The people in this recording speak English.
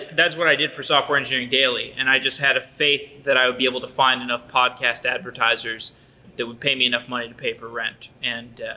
that's what i did for software engineering daily, and i just had a faith that i would be able to find enough podcast advertisers that would pay me enough money to pay for rent, and it